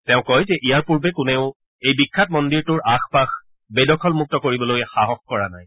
তেওঁ কয় যে ইয়াৰ পূৰ্বে কোনেও এই বিখ্যাত মন্দিৰটোৰ আশ পাশ বেদখলমুক্ত কৰিবলৈ সাহস কৰা নাই